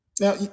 Now